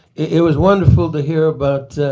it was wonderful to hear about